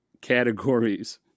categories